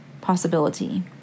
possibility